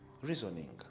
Reasoning